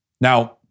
Now